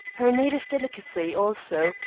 her native delicacy, also,